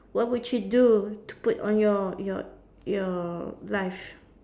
what would you do to put on your your your life